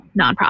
nonprofit